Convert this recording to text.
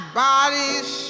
bodies